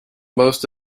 most